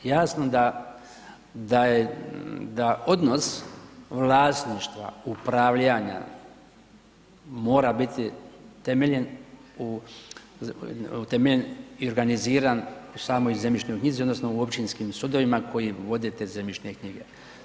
Jasno da, da je, da odnos vlasništva upravljanja mora biti temeljen, utemeljen i organiziran u samoj zemljišnoj knjizi odnosno u općinskim sudovima koji vode te zemljišne knjige.